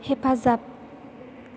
हेफाजाब